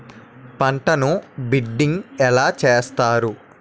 పంటను బిడ్డింగ్ ఎలా చేస్తారు?